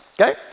okay